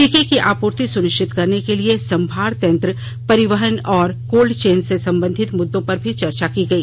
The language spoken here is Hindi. टीके की आपूर्ति सुनिश्चित करने के लिए संभारतंत्र परिवहन और कोल्ड चेन से संबंधित मुद्दों पर भी चर्चा की गई